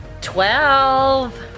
Twelve